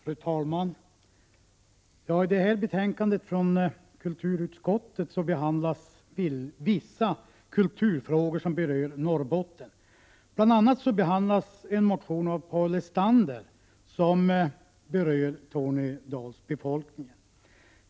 Fru talman! I detta betänkande från kulturutskottet behandlas vissa kulturfrågor som berör Norrbotten. Bl.a. behandlas en motion av Paul Lestander som berör Tornedalsbefolkningen.